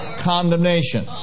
condemnation